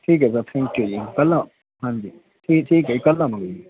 ਠੀਕ ਹੈ sir thank you ਜੀ ਪਹਿਲਾਂ ਹਾਂਜੀ ਠੀਕ ਠੀਕ ਹੈ ਜੀ ਕੱਲ੍ਹ ਆਵਾਂਗੇ